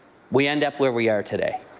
we end up where we are today.